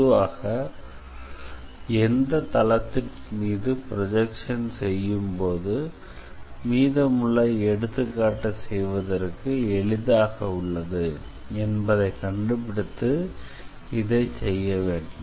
பொதுவாக எந்த தளத்தின் மீது ப்ரொஜெக்சன் செய்யும்போது மீதமுள்ள எடுத்துக்காட்டு செய்வதற்கு எளிதாக உள்ளது என்பதை கண்டுபிடித்து இதைச் செய்ய வேண்டும்